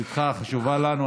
עמדתך חשובה לנו.